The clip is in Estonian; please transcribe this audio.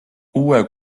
uue